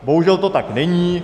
Bohužel to tak není.